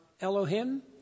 Elohim